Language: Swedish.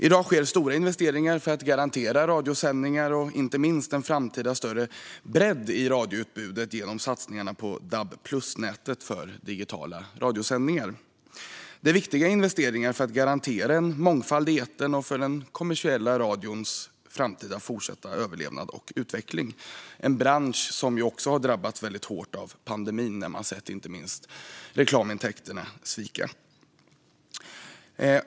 I dag sker stora investeringar för att garantera radiosändningar och inte minst en framtida större bredd i radioutbudet genom satsningarna på dab+-nätet för digitala radiosändningar. Det är viktiga investeringar för att garantera en mångfald i etern och för den kommersiella radions framtida överlevnad och utveckling. Det är en bransch som har drabbats väldigt hårt av pandemin, där man inte minst sett reklamintäkterna svika.